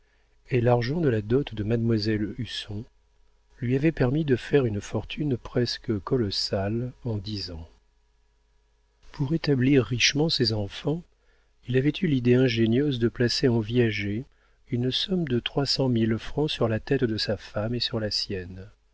et l'argent de la dot de mademoiselle husson lui avait permis de faire une fortune presque colossale en dix ans pour établir richement ses enfants il avait eu l'idée ingénieuse de placer en viager une somme de trois cent mille francs sur la tête de sa femme et sur la sienne